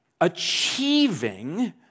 achieving